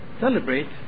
celebrate